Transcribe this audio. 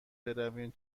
برویم